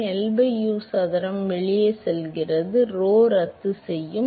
எனவே L by U சதுரம் வெளியே செல்கிறது rho ரத்து செய்யும்